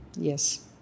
Yes